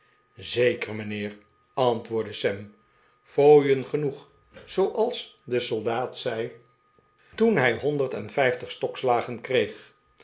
zeker mijnheer antwoordde sam fooien genoeg zooals de soldaat zeij toen sam weller op de getuigenbank hij honderd en vijftig stokslagen kreeg